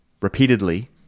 repeatedly